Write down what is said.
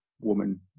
woman